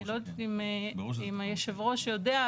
אני לא יודעת אם היושב ראש יודע,